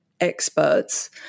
experts